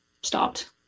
stopped